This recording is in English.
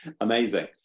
amazing